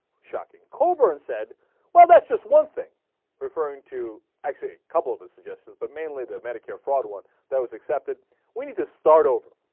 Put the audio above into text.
shocking coburn said well that's just one thing referring to actually coupled with suggestions but mainly that medicare fraud one those accepted we need to start over